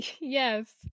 yes